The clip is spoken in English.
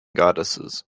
goddesses